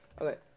Okay